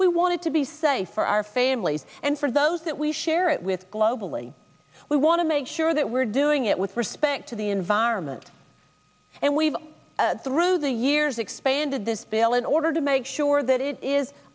we want to be safe for our families and for those that we share it with globally we want to make sure that we're doing it with respect to the environment and we've through the years expanded this bill in order to make sure that it is